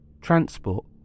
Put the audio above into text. transport